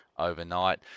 Overnight